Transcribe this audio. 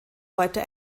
heute